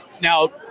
now